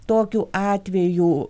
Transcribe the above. tokiu atveju